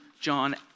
John